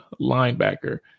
linebacker